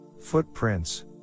footprints